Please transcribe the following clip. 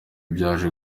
byaje